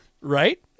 right